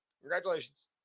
Congratulations